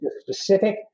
specific